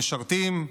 למשרתים.